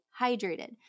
hydrated